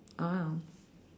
ah